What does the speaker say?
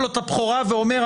ולרע.